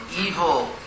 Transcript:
evil